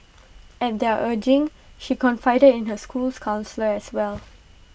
at their urging she confided in her school's counsellor as well